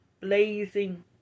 blazing